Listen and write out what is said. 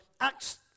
Acts